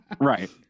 Right